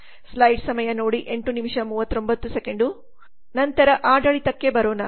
ನಂತರ ಆಡಳಿತಕ್ಕೆ ಬರೋಣ